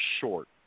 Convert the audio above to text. short